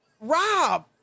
Rob